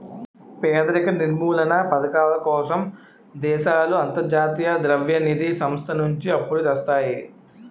పేదరిక నిర్మూలనా పధకాల కోసం దేశాలు అంతర్జాతీయ ద్రవ్య నిధి సంస్థ నుంచి అప్పులు తెస్తాయి